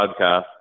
podcast